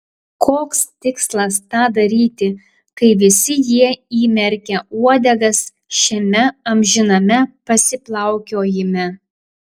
koks tikslas tą daryti kai visi jie įmerkę uodegas šiame amžiname pasiplaukiojime